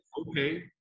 okay